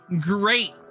great